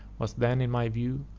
was then in my view,